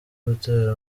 gutera